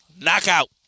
Knockout